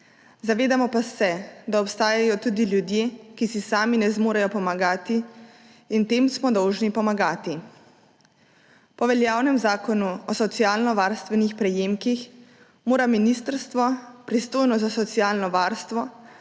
Zavedamo pa se, da obstajajo tudi ljudje, ki si sami ne zmorejo pomagati, in tem smo dolžni pomagati. Po veljavnem Zakonu o socialno varstvenih prejemkih mora ministrstvo, pristojno za socialno varstvo,